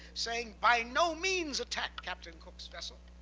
saying, by no means attack captain cook's vessel.